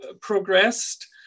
progressed